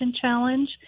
challenge